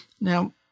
now